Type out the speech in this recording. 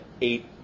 eight